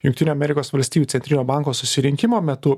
jungtinių amerikos valstijų centrinio banko susirinkimo metu